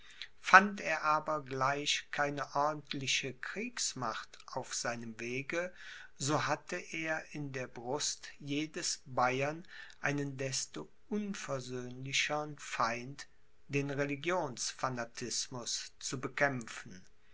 fand er aber gleich keine ordentliche kriegsmacht auf seinem wege so hatte er in der brust jedes bayern einen desto unversöhnlichern feind den religionsfanatismus zu bekämpfen